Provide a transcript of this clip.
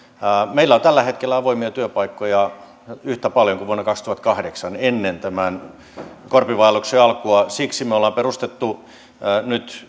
meillä on tällä hetkellä avoimia työpaikkoja yhtä paljon kuin vuonna kaksituhattakahdeksan ennen tämän korpivaelluksen alkua siksi me olemme perustaneet nyt